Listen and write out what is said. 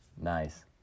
Nice